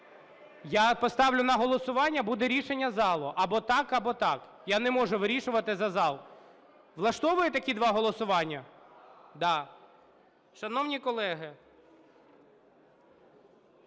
Я поставлю на голосування, буде рішення залу: або так, або так. Я не можу вирішувати за зал. Влаштовує такі два голосування? Да. Шановні колеги!